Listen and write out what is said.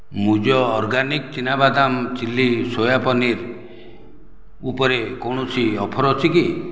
ମୂଜ organic ଚିନା ବାଦାମ chilli soya paneer ଉପରେ କୌଣସି ଅଫର୍ ଅଛି କି